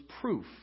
proof